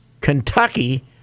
kentucky